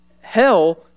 hell